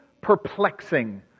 perplexing